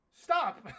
stop